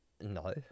no